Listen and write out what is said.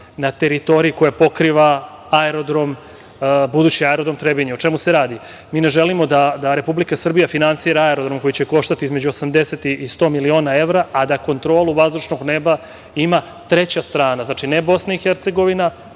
na teritoriji koje pokriva aerodrom, budući aerodrom u Trebinju.O čemu se radi? Mi ne želimo da Republika Srbija finansira aerodrom koji će koštati između 80 i 100 miliona evra, a da kontrolu vazdušnog neba ima treća strana. Znači, ne BiH, ne Republika